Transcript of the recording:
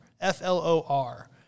F-L-O-R